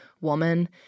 woman